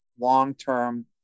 long-term